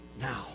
now